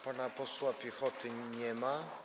Pana posła Piechoty nie ma.